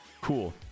Cool